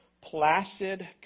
Placid